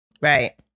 Right